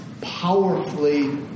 powerfully